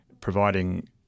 Providing